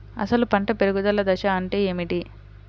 అసలు పంట పెరుగుదల దశ అంటే ఏమిటి?